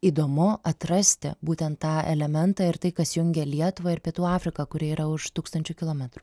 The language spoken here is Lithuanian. įdomu atrasti būtent tą elementą ir tai kas jungia lietuvą ir pietų afriką kuri yra už tūkstančių kilometrų